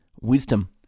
Wisdom